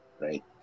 right